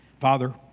Father